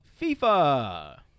FIFA